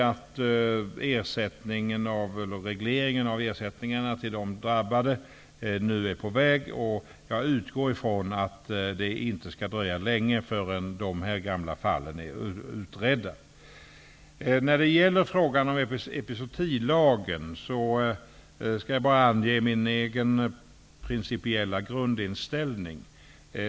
Jag ser framför mig att regleringen av ersättningarna till de drabbade nu är på väg, och jag utgår från att det inte skall dröja länge förrän dessa gamla fall är utredda. När det gäller frågan om epizootilagen skall jag bara ange min egen principiella grundinställning.